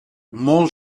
molt